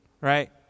right